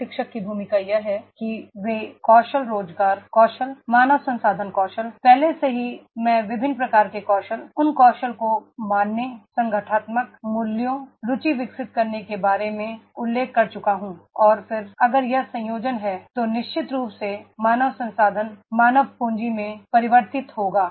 प्रशिक्षक की भूमिका यह है कि ये कौशल रोजगार कौशल मानव संसाधन कौशल पहले से ही मैं विभिन्न प्रकार के कौशल उन कौशलों को मानने संगठनात्मक मूल्यों रुचि विकसित करनेके बारे में उल्लेख कर चुका हूं और फिर अगर यह संयोजन है तो निश्चित रूप से मानव संसाधन मानव पूंजी में परि व र्तित होगा